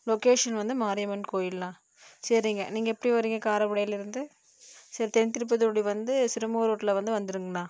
location வந்து மாரியம்மன் கோயில்ணா சரிங்க நீங்கள் எப்படி வரீங்க காரைக்குடியிலிருந்து சேரி தென் திருப்பதி ரோடு வந்து சிறுமுகை ரோடில் வந்து வந்திருங்கண்ணா